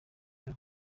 yabo